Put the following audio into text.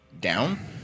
down